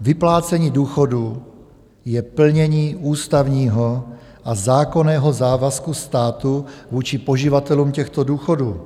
Vyplácení důchodů je plnění ústavního a zákonného závazku státu vůči poživatelům těchto důchodů,